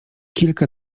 kilka